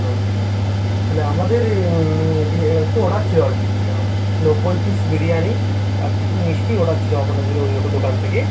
ও তাহলে আমাদের বি একটু অর্ডার ছিল আর কি আ নব্বই পিস বিরিয়ানি আর কিছু মিষ্টি অর্ডার ছিল আপনাদের ওই ও দোকান থেকে